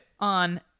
On